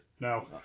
No